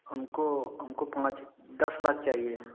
हमको हमको पाँच दस लाख चाहिए